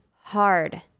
hard